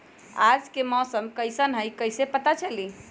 आज के मौसम कईसन हैं कईसे पता चली?